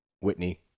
Whitney